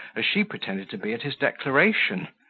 as she pretended to be at his declaration,